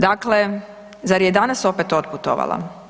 Dakle, zar je danas opet otputovala?